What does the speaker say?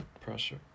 Pressure